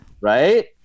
Right